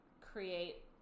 create